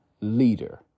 leader